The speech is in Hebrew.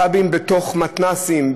פאבים בתוך מתנ"סים,